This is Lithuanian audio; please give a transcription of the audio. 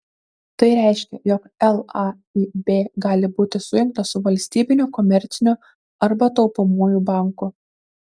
tai reiškia jog laib gali būti sujungtas su valstybiniu komerciniu arba taupomuoju banku